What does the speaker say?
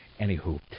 Anywho